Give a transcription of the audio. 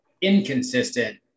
inconsistent